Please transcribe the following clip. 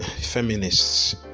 feminists